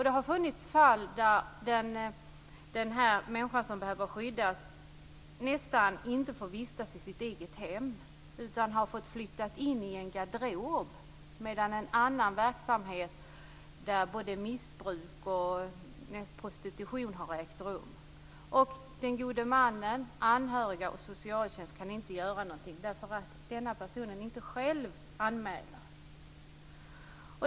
Det har funnits fall där den människa som behöver skyddas knappast får vistas i sitt eget hem, utan har fått flytta in i en garderob medan andra verksamheter med missbruk och prostitution har ägt rum. Den gode mannen, anhöriga och socialtjänsten kan inte göra någonting eftersom personen inte själv gör en anmälan.